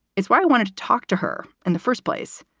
it's why i wanted to talk to her in the first place.